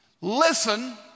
listen